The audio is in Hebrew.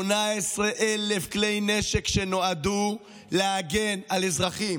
18,000 כלי נשק שנועדו להגן על אזרחים.